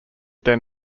then